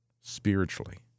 spiritually